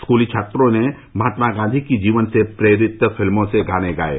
स्कूली छात्रों ने महात्मा गांधी की जीवन से प्रेरित फिल्मों से गाने गाये